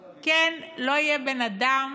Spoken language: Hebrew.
כן, לא יהיה בן אדם